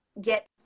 get